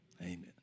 Amen